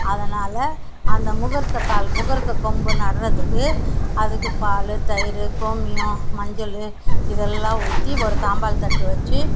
அதனால் அந்த முகூர்த்தக்கால் முகூர்த்தக் கொம்பு நடுறதுக்கு அதுக்கு பால் தயிர் கோமியம் மஞ்சள் இதெல்லாம் ஊற்றி ஒரு தாம்பாள தட்டு வச்சு